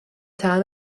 طعم